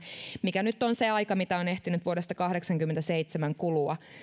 mikä nyt on se aika mitä on ehtinyt vuodesta kahdeksankymmentäseitsemän kulua